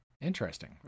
Interesting